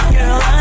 Girl